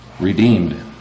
Redeemed